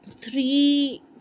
three